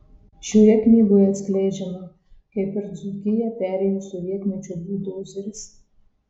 šioje knygoje atskleidžiama kaip per dzūkiją perėjo sovietmečio buldozeris